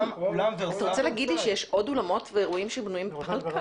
אתה רוצה להגיד שיש עוד אולמות אירועים שבנויים עם פלקל?